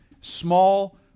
Small